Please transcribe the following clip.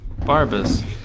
Barbas